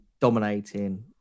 dominating